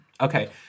Okay